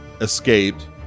escaped